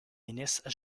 ministre